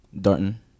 Darton